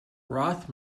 roth